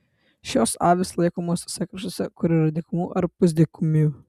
šios avys laikomos tuose kraštuose kur yra dykumų ar pusdykumių